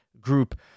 group